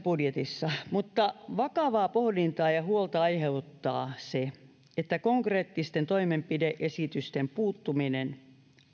budjetissa mutta vakavaa pohdintaa ja huolta aiheuttaa se että konkreettisten toimenpide esitysten puuttuminen